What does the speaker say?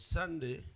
Sunday